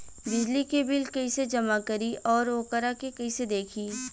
बिजली के बिल कइसे जमा करी और वोकरा के कइसे देखी?